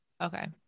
Okay